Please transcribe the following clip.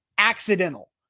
accidental